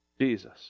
Jesus